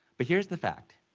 but here's the fact.